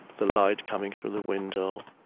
the light coming through the window,